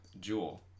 Jewel